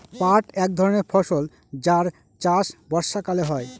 পাট এক ধরনের ফসল যার চাষ বর্ষাকালে হয়